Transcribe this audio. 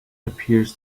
appears